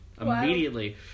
immediately